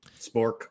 Spork